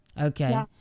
okay